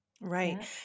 right